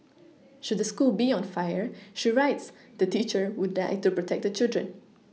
should the school be on fire she writes the teacher would die to protect the children